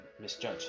misjudge